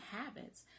habits